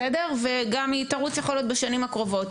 ויכול להיות שהיא גם תרוץ בשנים הקרובות.